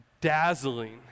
dazzling